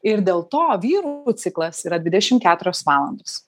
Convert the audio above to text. ir dėl to vyrų ciklas yra dvidešim keturios valandos